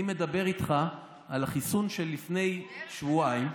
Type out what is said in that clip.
אני מדבר איתך על החיסון של לפני שבועיים,